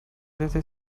desde